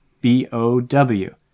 B-O-W